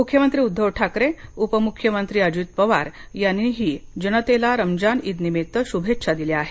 मुख्यमंत्री उद्धव ठाकरे उपमुख्यमंत्री अजित पवार यांनीही जनतेला रमजान ईद निमित्त शुभेच्छा दिल्या आहेत